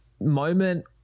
moment